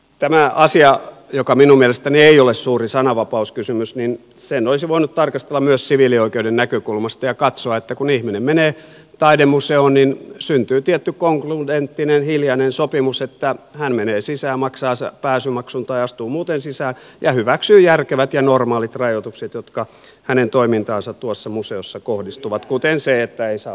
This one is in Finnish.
tämän asian joka minun mielestäni ei ole suuri sananvapauskysymys olisi voinut tarkastella myös siviilioikeuden näkökulmasta ja katsoa että kun ihminen menee taidemuseoon niin syntyy tietty konkludenttinen hiljainen sopimus että hän menee sisään maksaa pääsymaksun tai astuu muuten sisään ja hyväksyy järkevät ja normaalit rajoitukset jotka hänen toimintaansa tuossa museossa kohdistuvat kuten se että ei saa valokuvata